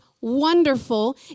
wonderful